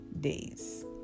days